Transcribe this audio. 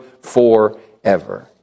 forever